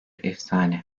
efsane